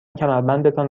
کمربندتان